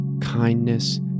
kindness